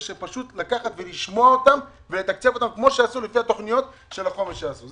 זה פשוט לקחת ולשמוע אותם ולתקצב אותם כמו שעשו לפי תוכניות החומש שעשו.